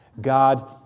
God